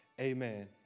amen